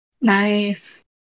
nice